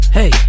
Hey